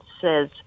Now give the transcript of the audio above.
says